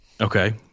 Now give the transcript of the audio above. Okay